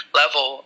level